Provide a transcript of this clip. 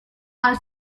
are